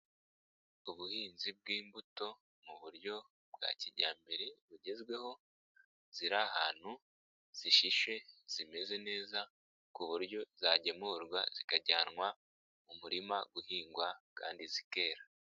Ubuhinzi bw'imbuto mu buryo bwa kijyambere bugezweho, ziri ahantu zishishe zimeze neza ku buryo zagemurwa zikajyanwa mu murima guhingwa kandi zikera.